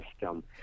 system